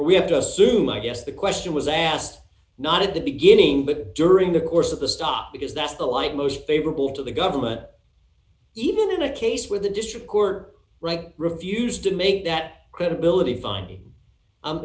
we have to assume i guess the question was asked not at the beginning but during the course of the stop because that's the light most favorable to the government even in a case where the district court right refused to make that credibility finding